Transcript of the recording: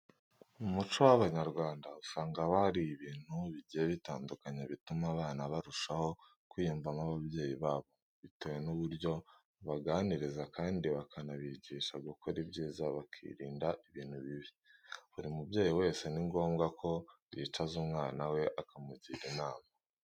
Mu muco w'Abanyarwanda usanga haba hari ibintu bigiye bitandukanye bituma abana barushaho kwiyumvamo ababyeyi babo bitewe n'uburyo babaganiriza kandi bakanabigisha gukora ibyiza bakirinda ibintu bibi. Buri mubyeyi wese ni ngombwa ko yicaza umwana we akamugira inama.